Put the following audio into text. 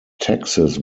taxes